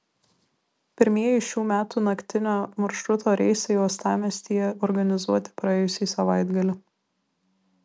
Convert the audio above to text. pirmieji šių metų naktinio maršruto reisai uostamiestyje organizuoti praėjusį savaitgalį